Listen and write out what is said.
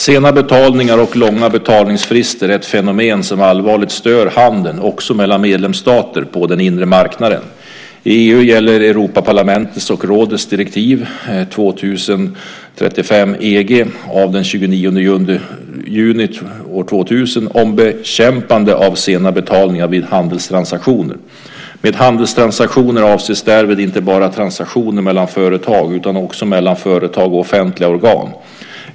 Sena betalningar och långa betalningsfrister är ett fenomen som allvarligt stör handeln också mellan medlemsstater på den inre marknaden. I EU gäller Europaparlamentets och rådets direktiv 2000 EG av den 29 juni 2000 om bekämpande av sena betalningar vid handelstransaktioner. Med handelstransaktioner avses därvid transaktioner inte bara mellan företag utan också mellan företag och offentliga organ.